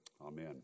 Amen